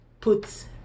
put